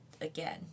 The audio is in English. again